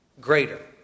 greater